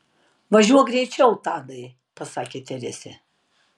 važiuok greičiau tadai pasakė teresė